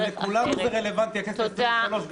אבל לכולנו זה רלוונטי הכנסת העשרים-ושלוש,